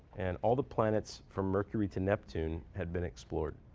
and all the planets from mercury to neptune had been explored,